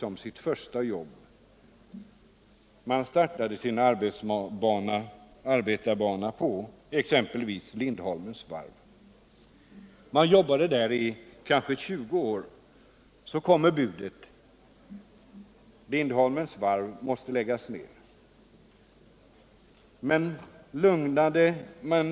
De startade sin arbetarbana på exempelvis Lindholmens varv och jobbade där i kanske 20 år. Men så kom budet: Lindholmens varv måste läggas ned.